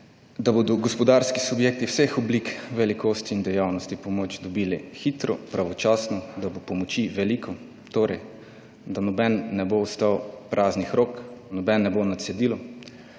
da bodo gospodarski subjekti vseh oblik velikosti in dejavnosti pomoč dobili hitro, pravočasno, da bo pomoči veliko. Torej, da noben ne bo ostal praznih rok, noben ne bo na cedilu.